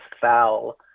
foul